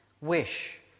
wish